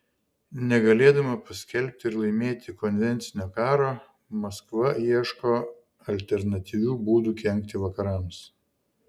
negalėdama paskelbti ir laimėti konvencinio karo maskva ieško alternatyvių būdų kenkti vakarams